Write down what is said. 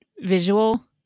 visual